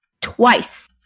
twice